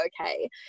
okay